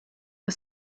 for